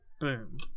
Boom